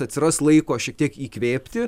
atsiras laiko šiek tiek įkvėpti